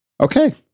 Okay